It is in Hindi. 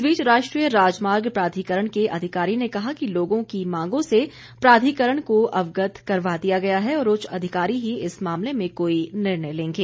इस बीच राष्ट्रीय राजमार्ग प्राधिकरण के उपस्थित अधिकारी ने कहा कि लोगों की मांगों से प्राधिकरण को अवगत करवा दिया गया है और उच्च अधिकारी ही इस मामले में कोई निर्णय लेंगे